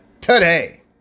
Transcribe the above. today